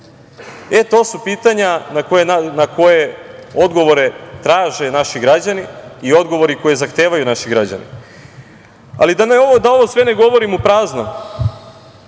To su pitanja na koje odgovore traže naši građani i odgovori koji zahtevaju naši građani. Da ovo sve da ne govorim u prazno